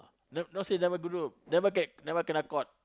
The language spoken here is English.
no not say never go do never get never kena caught